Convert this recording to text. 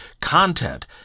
content